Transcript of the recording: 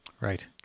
Right